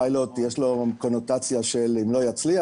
לפיילוט יש קונוטציה שאם לא נצליח,